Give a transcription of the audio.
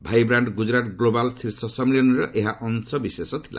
vibrant Gujarat global ଶୀର୍ଷ ସମ୍ମିଳନୀର ଏହା ଅଂଶବିଶେଷ ଥିଲା